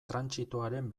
trantsitoaren